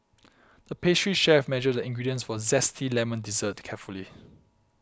the pastry chef measured the ingredients for a Zesty Lemon Dessert carefully